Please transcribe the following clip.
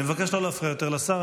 אני מבקש לא להפריע יותר לשר,